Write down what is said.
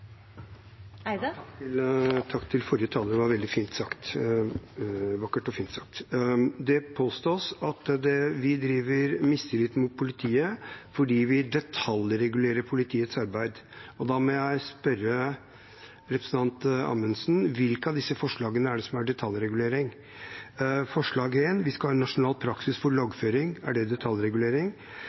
forrige taler. Det var veldig vakkert og fint sagt. Det påstås at vi driver med mistillit mot politiet, fordi vi detaljregulerer politiets arbeid. Da må jeg spørre representanten Amundsen: Hvilke av disse forslagene er detaljregulering? Forslag nr. 1 går ut på at vi skal ha en nasjonal praksis for loggføring. Er det detaljregulering?